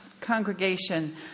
congregation